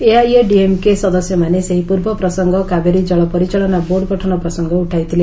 ଏଆଇଏଡିଏମ୍କେ ସଦସ୍ୟମାନେ ସେହି ପୂର୍ବ ପ୍ରସଙ୍ଗ କାବେରୀ ଜଳ ପରିଚାଳନା ବୋର୍ଡ଼ ଗଠନ ପ୍ରସଙ୍ଗ ଉଠାଇଥିଲେ